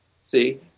see